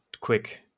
Quick